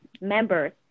members